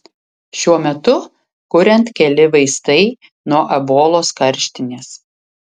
šiuo metu kuriant keli vaistai nuo ebolos karštinės